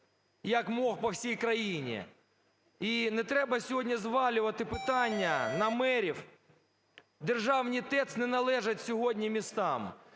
як мох, по всій країні? І не треба сьогодні звалювати питання на мерів. Державні ТЕЦ не належать сьогодні містам.